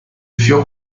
furent